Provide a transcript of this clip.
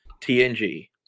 TNG